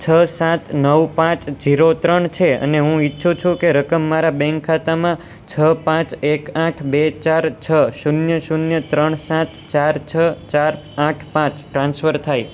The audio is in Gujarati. છ સાત નવ પાંચ ઝીરો ત્રણ છે અને હું ઈચ્છું છું કે રકમ મારા બેંક ખાતામાં છ પાંચ એક આઠ બે ચાર છ શૂન્ય શૂન્ય ત્રણ સાત ચાર છ ચાર આઠ પાંચ ટ્રાન્સફર થાય